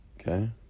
Okay